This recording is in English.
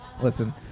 Listen